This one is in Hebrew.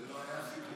זה לא היה הסיכום,